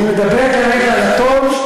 אני מדבר כרגע על הטוב,